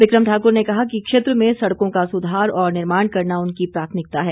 बिक्रम ठाकुर ने कहा कि क्षेत्र में सड़कों का सुधार और निर्माण करना उनकी प्राथमिकता है